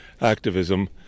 activism